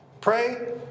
Pray